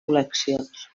col·leccions